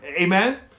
Amen